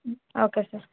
okay sir